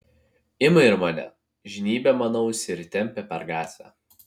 ima ir mane žnybia man ausį ir tempia per gatvę